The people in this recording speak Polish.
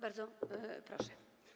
Bardzo proszę.